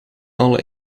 alle